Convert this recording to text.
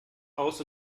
aus